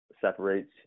separates